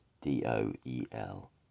d-o-e-l